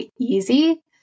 easy